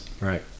Right